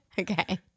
Okay